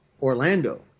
Orlando